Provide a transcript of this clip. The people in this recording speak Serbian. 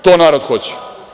To narod hoće.